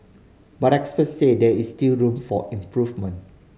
but experts say there is still room for improvement